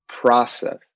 process